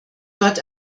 dort